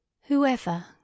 Whoever